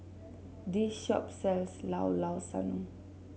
this shop sells Llao Llao Sanum